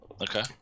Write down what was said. Okay